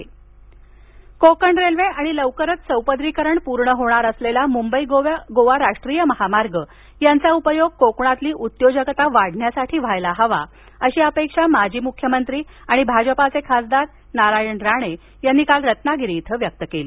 कोकण महामार्ग कोकण रेल्वे आणि लवकरच चौपदरीकरण पूर्ण होणार असलेला मुंबई गोवा राष्ट्रीय महामार्ग यांचा उपयोग कोकणातली उद्योजकता वाढीला लागण्यासाठी व्हायला हवा अशी अपेक्षा माजी मुख्यमंत्री आणि भाजपचे खासदार नारायण राणे यांनी काल रत्नागिरी इथं व्यक्त केली